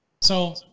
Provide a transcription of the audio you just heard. So-